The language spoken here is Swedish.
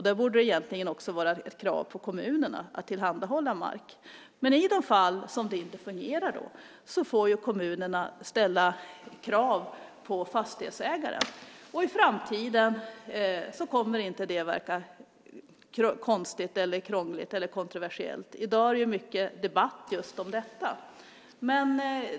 Det borde egentligen också vara ett krav på kommunerna att tillhandahålla mark. Men i de fall som det inte fungerar får kommunerna ställa krav på fastighetsägaren. I framtiden kommer inte det att verka konstigt, krångligt eller kontroversiellt. I dag är det mycket debatt just om detta.